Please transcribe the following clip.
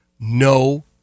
No